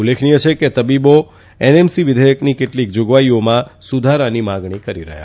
ઉલ્લેખનિય છે કે તબીબો એનવિઘેયકની કેટલીક જાગવાઈઓમાં સુધારાની માગણી કરી રહ્યા